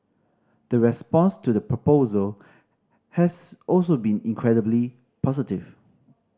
the response to the proposal has also been incredibly positive